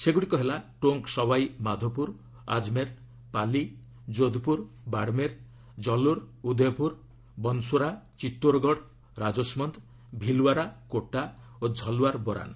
ସେଗୁଡ଼ିକ ହେଲା ଟୋଙ୍କ୍ ସୱାଇ ମାଧୋପୁର ଆଜ୍ମେର୍ ପାଲି ଯୋଧପୁର ବାଡ଼୍ମେର୍ ଜଲୋର୍ ଉଦୟପୁର ବନ୍ସ୍ୱରା ଚିତ୍ତୋରଗଡ଼ ରାଜସ୍ମନ୍ଦ ଭିଲ୍ୱାରା କୋଟା ଓ ଝଲ୍ୱାର୍ ବରାନ